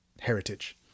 Heritage